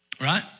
right